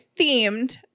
themed